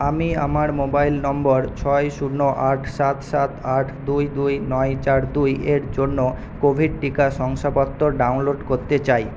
আমি আমার mobile number ছয় শূন্য আট সাত সাত আট দুই দুই নয় চার দুই এর জন্য কোভিড টিকা শংসাপত্র ডাউনলোড করতে চাই